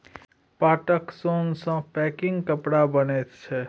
पाटक सोन सँ पैकिंग कपड़ा बनैत छै